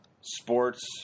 sports